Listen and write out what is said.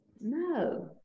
No